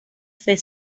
fer